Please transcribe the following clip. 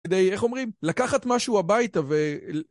כדי, איך אומרים? לקחת משהו הביתה ו...